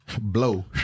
Blow